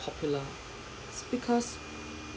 popular is because